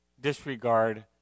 disregard